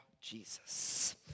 Jesus